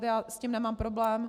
Já s tím nemám problém.